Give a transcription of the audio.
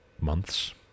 months